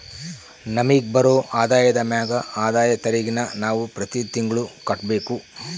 ನಮಿಗ್ ಬರೋ ಆದಾಯದ ಮ್ಯಾಗ ಆದಾಯ ತೆರಿಗೆನ ನಾವು ಪ್ರತಿ ತಿಂಗ್ಳು ಕಟ್ಬಕು